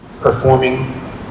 performing